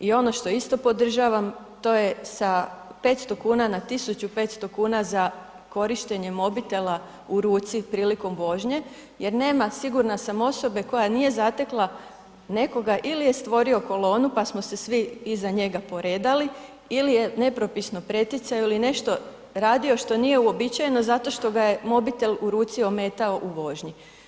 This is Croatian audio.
I ono što isto podržavam, to je sa 500 kn na 1500 kn za korištenje mobitela u ruci prilikom vožnje jer nema, sigurna sam osobe koja nije zatekla nekoga ili je stvorio kolonu, pa smo se svi iza njega poredali ili ne nepropisno preticao ili je nešto radio što nije uobičajeno zato što ga je mobitel u ruci ometao u vožnji.